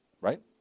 Right